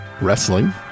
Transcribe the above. wrestling